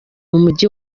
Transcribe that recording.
mujyi